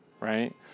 right